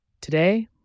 Today